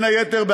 בין היתר,